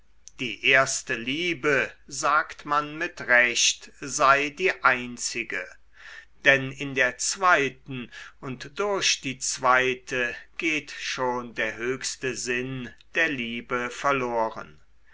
die erste liebe sagt man mit recht sei die einzige denn in der zweiten und durch die zweite geht schon der höchste sinn der liebe verloren